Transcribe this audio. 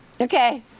Okay